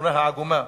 התמונה העגומה,